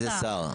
איזה שר?